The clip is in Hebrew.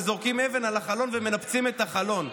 וזורקים אבן על החלון ומנפצים את החלון,